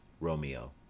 Romeo